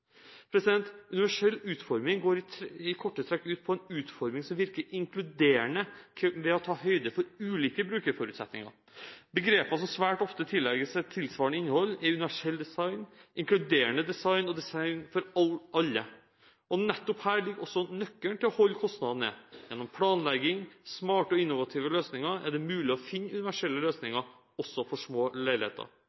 funksjonshemmede. Universell utforming går i korte trekk ut på en utforming som virker inkluderende ved å ta høyde for ulike brukerforutsetninger. Begreper som svært ofte tillegges et tilsvarende innhold, er universell design, inkluderende design og design for alle. Nettopp her ligger nøkkelen til å holde kostnadene nede. Gjennom planlegging og smarte og innovative løsninger er det mulig å finne universelle